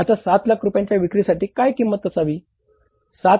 आता 7 लाख रुपयांच्या विक्रीसाठी काय किंमत असावी